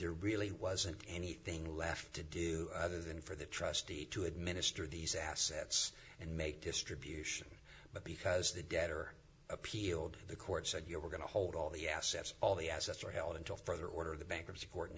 there really wasn't anything left to do other than for the trustee to administer these assets and make distribution but because the debtor appealed the court said you were going to hold all the assets all the assets are held until further order of the bankruptcy court in